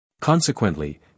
Consequently